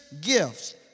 gifts